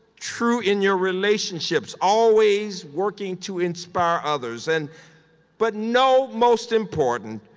true in your relationships, always working to inspire others. and but know, most important,